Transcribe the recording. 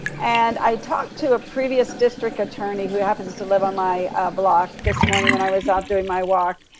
and i talked to a previous district attorney, who happens to live on my block this morning when i was out doing my walk,